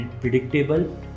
predictable